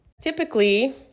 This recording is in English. Typically